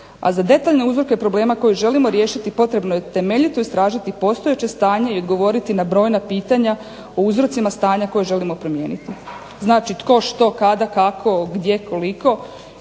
a za detaljne uzroke problema koje želimo riješiti potrebno je temeljito istražiti postojeće stanje i odgovoriti na brojna pitanja o uzrocima stanja koje želimo promijeniti, znači tko, što, kada, kako, gdje, koliko,